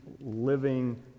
living